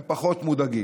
הם פחות מודאגים.